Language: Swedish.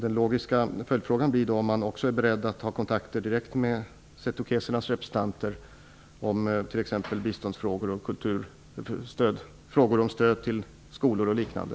Den logiska följdfrågan blir då om man också är beredd att ta kontakt direkt med setukesernas representanter i frågor om stöd till bistånd, kultur, skolor och liknande.